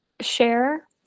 share